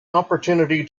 opportunity